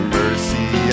mercy